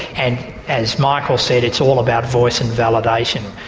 and as michael said, it's all about voice and validation,